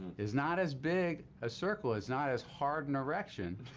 is not as big a circle is not as hard an erection,